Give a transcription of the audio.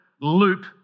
loop